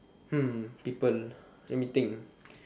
people let me think